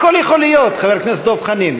הכול יכול להיות, חבר הכנסת דב חנין.